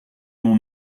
mon